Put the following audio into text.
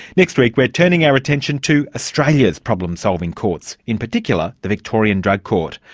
next week, we're turning our attention to australia's problem-solving courts, in particular the victorian drug court.